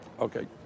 Okay